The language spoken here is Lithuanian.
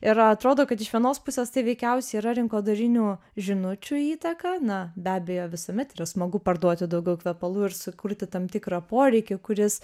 ir a atrodo kad iš vienos pusės tai veikiausiai yra rinkodarinių žinučių įtaka na be abejo visuomet yra smagu parduoti daugiau kvepalų ir sukurti tam tikrą poreikį kuris